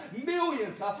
millions